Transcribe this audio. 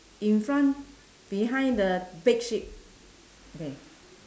in front behind the big sheep okay